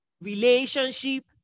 Relationship